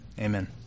Amen